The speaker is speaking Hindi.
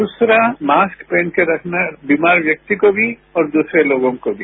दूसरा मास्क पहनकर रखना बीमार व्यक्ति को भी और दूसरे लोगों को भी